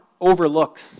overlooks